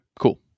cool